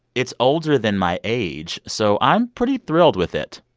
it's older than my age so i'm pretty thrilled with it